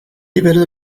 livello